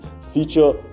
Feature